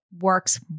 works